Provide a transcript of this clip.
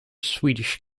swedish